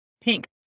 pink